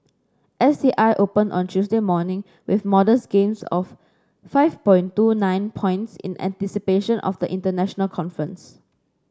S T I opened on Tuesday morning with modest gains of five point two nine points in anticipation of the international conference